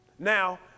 Now